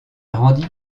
rendit